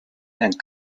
and